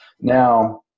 Now